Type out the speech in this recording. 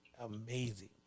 amazing